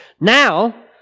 Now